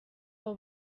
aba